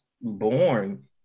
born